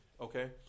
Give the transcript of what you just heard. Okay